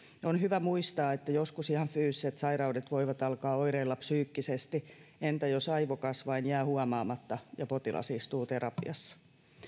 on hyvä muistaa että joskus ihan fyysiset sairaudet voivat alkaa oireilla psyykkisesti entä jos aivokasvain jää huomaamatta ja potilas istuu terapiassa